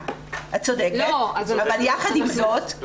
שניה, את צודקת, אבל יחד עם זאת --- את צודקת.